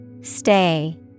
Stay